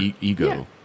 ego